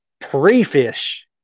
pre-fish